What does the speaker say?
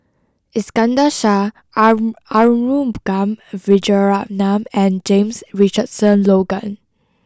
Iskandar Shah Aru Arumugam Vijiaratnam and James Richardson Logan